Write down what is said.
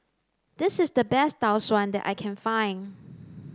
this is the best Tau Suan that I can find